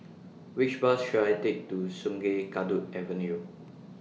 Which Bus should I Take to Sungei Kadut Avenue